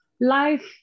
Life